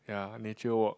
ya nature walk